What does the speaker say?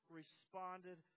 responded